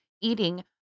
eating